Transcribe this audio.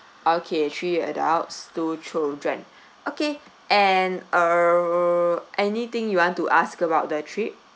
okay three adults two children okay and err anything you want to ask about the trip